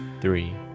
three